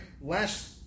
Last